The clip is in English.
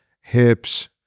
hips